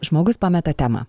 žmogus pameta temą